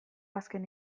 azken